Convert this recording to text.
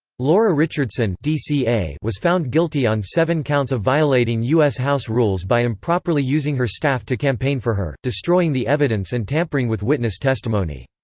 laura richardson was was found guilty on seven counts of violating us house rules by improperly using her staff to campaign for her, destroying the evidence and tampering with witness testimony.